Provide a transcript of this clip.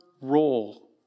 role